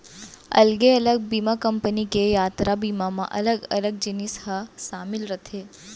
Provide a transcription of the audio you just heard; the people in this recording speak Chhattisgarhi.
अलगे अलग बीमा कंपनी के यातरा बीमा म अलग अलग जिनिस ह सामिल रथे